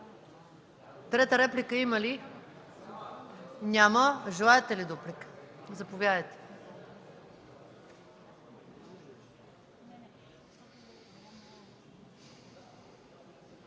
трета реплика има ли желаещи? Няма. Желаете ли дуплика? Заповядайте.